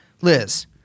Liz –